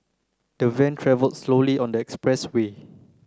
the van travel slowly on the express way